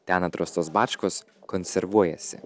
ten atrastos bačkos konservuojasi